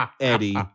Eddie